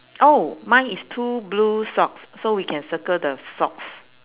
oh mine is two blue socks so we can circle the socks